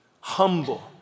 humble